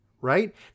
right